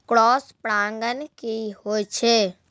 Cross परागण की होय छै?